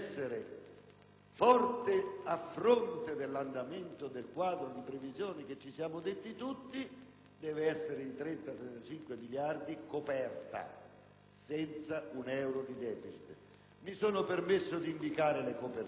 essere forte a fronte dell'andamento del quadro di previsioni su cui concordiamo, deve essere di 30-35 miliardi e coperta, quindi senza un euro di *deficit*. Mi sono permesso di indicare le coperture,